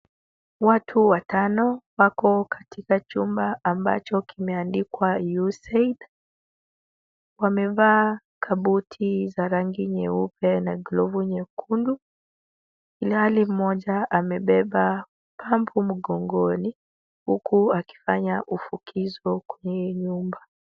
Watu watano wako katika chumba ambacho kimeandikwa USAID, wamevaa kabuti za rangi nyeupe na glavu nyekundu, ilhali mmoja amebeba pampu mgongoni huku akifanya ufukizo kwenye hio nyumba.